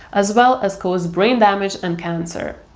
as well as cause brain damage and cancer.